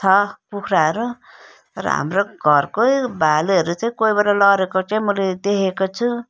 छ कुखुराहरू र हाम्रो घरकै भालेहरू चाहिँ कोही बेला लडेको चाहिँ मैले देखेको छु